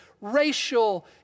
racial